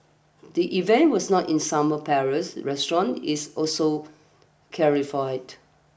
the event was not in Summer Palace restaurant it's also clarified